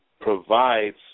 provides